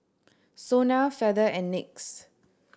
SONA Feather and NYX